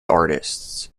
artists